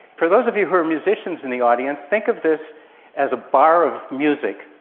for those of you who are musicians in the audience, think of this as a bar of music,